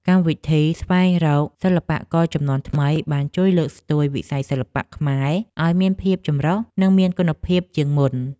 កម្មវិធីស្វែងរកសិល្បករជំនាន់ថ្មីបានជួយលើកស្ទួយវិស័យសិល្បៈខ្មែរឱ្យមានភាពចម្រុះ និងមានគុណភាពជាងមុន។